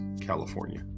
California